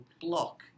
block